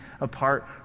apart